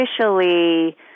officially